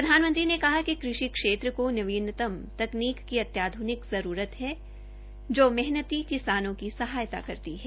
प्रधानमंत्री ने कहा कि कृषि को नवीनतम तकनीक की अत्याधिक जरूरत है जो मेहनती किसानों की सहायता करती है